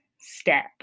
step